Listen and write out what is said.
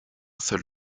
seul